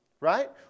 right